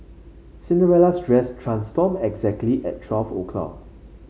Cinderella's dress transformed exactly at twelve o'clock